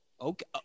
Okay